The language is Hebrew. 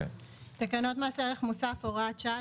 תקנות מס ערך מוסף (הוראת שעה),